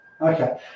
Okay